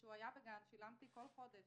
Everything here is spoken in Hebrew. כשהוא היה בגן שילמתי בכל חודש